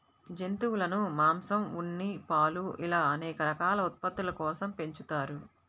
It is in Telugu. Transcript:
జంతువులను మాంసం, ఉన్ని, పాలు ఇలా అనేక రకాల ఉత్పత్తుల కోసం పెంచుతారు